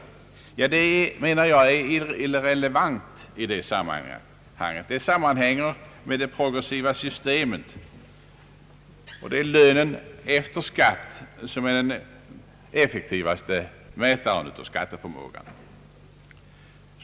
Detta är, menar jag, irrelevant i detta sammanhang. Det beror på det progressiva systemet. Och det är lönen efter skatt, som är den effektivaste mätaren på skatteförmågan.